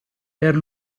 per